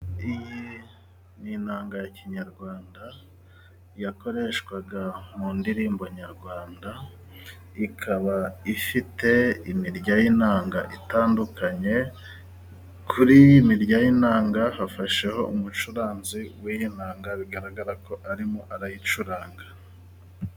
Iyi ni inanga ya kinyarwanda yakoreshwaga mu ndirimbo nyarwanda, ikaba ifite imirya y'inanga itandukanye, kuri iyi mirya y'inanga hafasheho umucuranzi w'iyi nanga, bigaragara ko arimo arayicuranga.